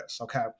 Okay